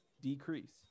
decrease